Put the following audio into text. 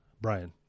Brian